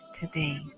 today